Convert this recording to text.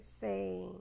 say